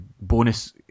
bonus